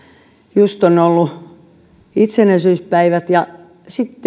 just on ollut itsenäisyyspäivä ja sitten